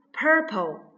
purple